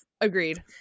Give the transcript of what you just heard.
agreed